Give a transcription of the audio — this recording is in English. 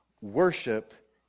Worship